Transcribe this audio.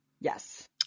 Yes